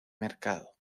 mercado